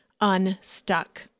unstuck